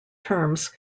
terms